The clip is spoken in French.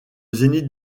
zénith